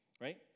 right